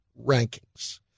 Rankings